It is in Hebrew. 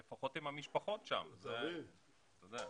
לפחות עם המשפחות שם, עדיף לך.